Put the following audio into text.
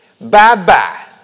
bye-bye